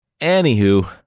Anywho